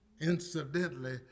Incidentally